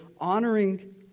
honoring